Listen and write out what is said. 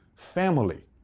family.